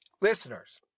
Listeners